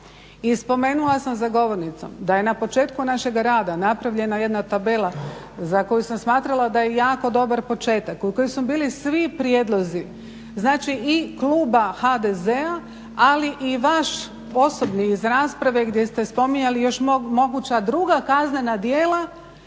I spomenula sam za govornicom da je na početku našega rada napravljena jedna tabela za koju sam smatrala da je jako dobar početak, u kojoj su bili svi prijedlozi, znači i kluba HDZ-a, ali i vaš osobni iz rasprave gdje ste spominjali još moguća druga kaznena djela